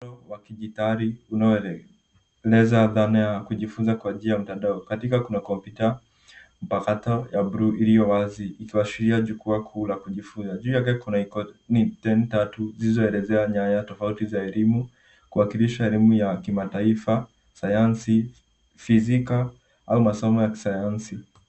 ...wa kidijitali unaoeleza dhana ya kujifunza kwa njia ya mtandao. Katikati, kuna kompyuta mpakato ya bluu iliyowazi ikiashiria jukwaa kuu la kujifunza. Juu yake kuna ikoni tatu zilizoelezea nyaya tofauti za elimu kuwakilisha elimu ya kimataifa, sayansi, fizika au masomo ya sayansi.